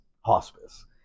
hospice